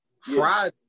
Friday